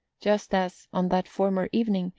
just as, on that former evening,